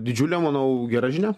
didžiulio manau gera žinia